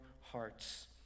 hearts